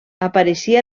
apareixia